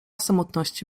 samotności